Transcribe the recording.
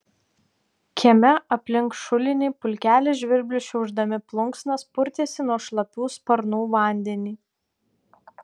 kieme aplink šulinį pulkelis žvirblių šiaušdami plunksnas purtėsi nuo šlapių sparnų vandenį